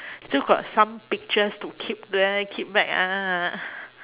still got some pictures to keep there keep back ah